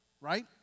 Right